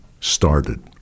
started